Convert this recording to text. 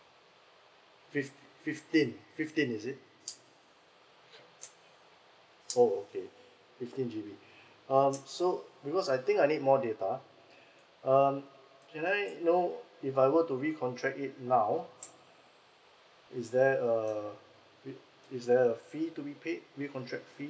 fift~ fifteen fifteen is it orh okay fifteen G_B um so because I think I need more data um can I know if I were to recontract it now is there a is there a free to be paid recontract fee